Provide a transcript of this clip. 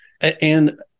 And-